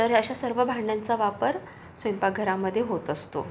तर अशा सर्व भांड्यांचा वापर स्वयंपाकघरामध्ये होत असतो